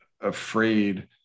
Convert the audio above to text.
afraid